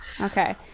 Okay